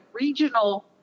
regional